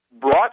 brought